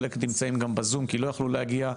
חלק נמצאים בזום כי לא יכלו להגיע.